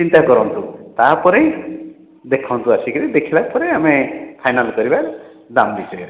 ଚିନ୍ତା କରନ୍ତୁ ତାପରେ ଦେଖନ୍ତୁ ଆସିକିରି ଦେଖିବା ପରେ ଆମେ ଫାଇନାଲ୍ କରିବା ଦାମ୍ ଭିତରେ